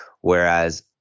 Whereas